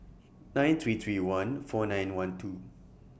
nine three three one four nine one two